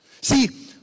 See